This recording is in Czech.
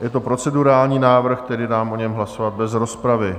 Je to procedurální návrh, tedy dám o něm hlasovat bez rozpravy.